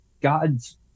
God's